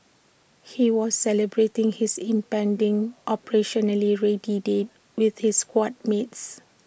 he was celebrating his impending operationally ready date with his squad mates